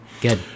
Good